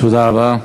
תודה רבה.